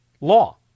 law